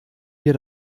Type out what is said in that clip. wir